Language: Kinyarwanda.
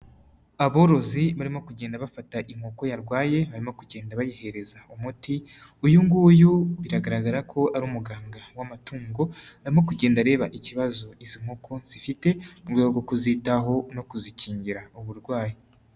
Aborozi barimo kugenda bafata inkoko yarwaye, barimo kugenda bayihereza umuti. Uyu nguyu biragaragara ko ari umuganga w'amatungo, arimo kugenda areba ikibazo izi nkoko zifite mu rwego rwo kuzitaho no kuzikingira uburwayi.